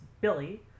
Billy